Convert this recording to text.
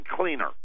cleaner